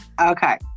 Okay